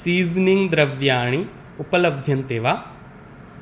seasoning द्रव्याणि उपलभ्यन्ते वा